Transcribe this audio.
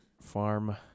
farm